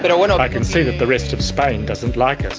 but and um i can see that the rest of spain doesn't like it.